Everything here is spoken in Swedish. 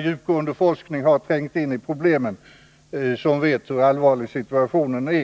djupgående forskning på området som har trängt in i problemen och vet hur allvarlig situationen är.